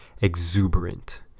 Exuberant